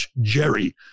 jerry